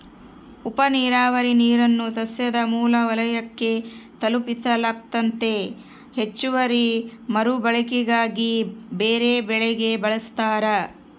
ಉಪನೀರಾವರಿ ನೀರನ್ನು ಸಸ್ಯದ ಮೂಲ ವಲಯಕ್ಕೆ ತಲುಪಿಸಲಾಗ್ತತೆ ಹೆಚ್ಚುವರಿ ಮರುಬಳಕೆಗಾಗಿ ಬೇರೆಬೆಳೆಗೆ ಬಳಸ್ತಾರ